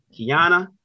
Kiana